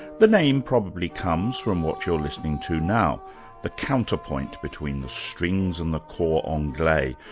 the name probably comes from what you're listening to now the counterpoint between the strings and the cor anglais,